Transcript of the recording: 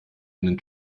einen